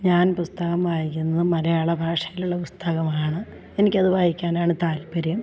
ഞാൻ പുസ്തകം വായിക്കുന്നത് മലയാളഭാഷയിലുള്ള പുസ്തകമാണ് എനിക്കത് വായിക്കാനാണ് താല്പര്യം